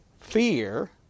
fear